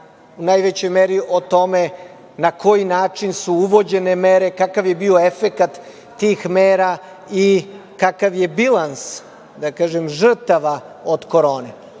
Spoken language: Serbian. u najvećoj meri o tome na koji način su uvođene mere, kakav je bio efekat tih mera i kakav je bilans, da kažem, žrtava od